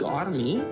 army